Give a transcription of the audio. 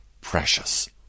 precious